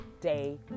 day